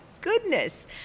goodness